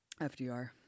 fdr